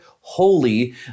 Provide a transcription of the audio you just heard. holy